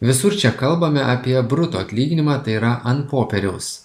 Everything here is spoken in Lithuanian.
visur čia kalbame apie bruto atlyginimą tai yra ant popieriaus